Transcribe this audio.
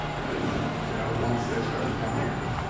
and you know, once they started coming in,